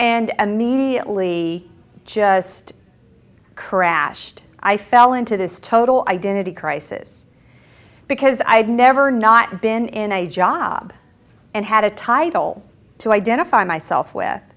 and immediately just crashed i fell into this total identity crisis because i had never not been in a job and had a title to identify myself with